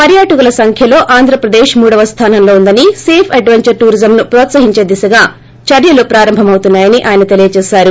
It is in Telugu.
పర్యాటకుల సంఖ్యలో ఆంధ్రప్రదేశ్ మూడో స్నానంలో వుందని సేఫ్ అడ్యంచర్ టూరిజంను హ్రోత్సహించే దిశగా చర్యలు ప్రారంభమవుతున్నాయని ఆయన తెలిపారు